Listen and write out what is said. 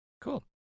cool